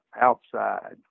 outside